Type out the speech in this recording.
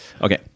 okay